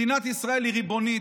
מדינת ישראל היא ריבונית.